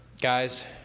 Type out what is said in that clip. Guys